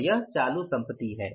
और यह चालू संपत्ति है